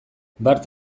bart